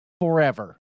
forever